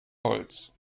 holz